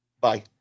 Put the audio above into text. Bye